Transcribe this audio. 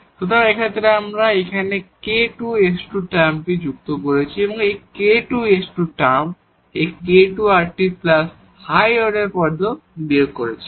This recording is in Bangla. সুতরাং এই ক্ষেত্রে আমরা এখানে k2s2 টার্ম যুক্ত করেছি এবং এই k2s2 টার্ম এবং এই k2rt প্লাস হাই অর্ডার পদে বিয়োগও করেছি